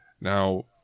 Now